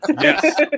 Yes